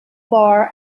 bar